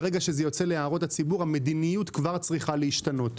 ברגע שזה יוצא להערות הציבור המדיניות כבר צריכה להשתנות.